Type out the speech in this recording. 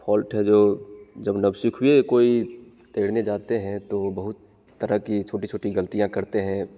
fault है जो जब नौसिखिए कोई तैरने जाते हैं तो वो बहुत तरह की छोटी छोटी गलतियाँ करते हैं